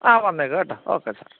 ആ വന്നേക്കാം കേട്ടോ ഓക്കെ സാർ